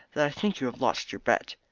that i think you have lost your bet.